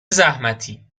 زحمتی